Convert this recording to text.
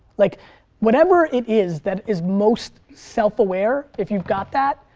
like whatever it is that is most self-aware, if you've got that,